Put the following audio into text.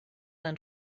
and